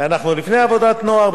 ואנחנו לפני עבודת הנוער,